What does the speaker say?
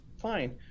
fine